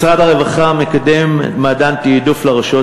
משרד הרווחה מקדם מתן עדיפות לרשויות